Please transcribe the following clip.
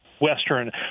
Western